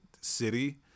city